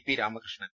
P Ramakrishnan